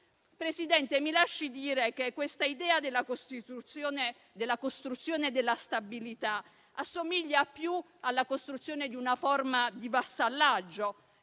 Presidente, mi lasci dire che questa idea della costruzione della stabilità assomiglia più alla costruzione di una forma di vassallaggio